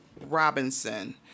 Robinson